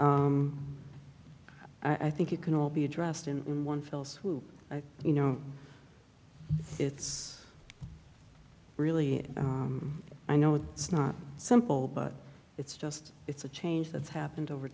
i think it can all be addressed in one fell swoop you know it's really i know it's not simple but it's just it's a change that's happened over